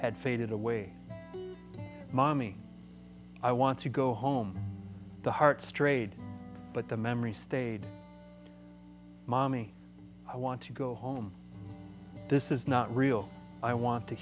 had faded away mommy i want to go home the heart strayed but the memory stayed mommy i want to go home this is not real i want to